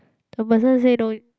the person say no